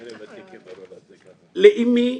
אמי,